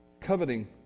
Coveting